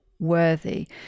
worthy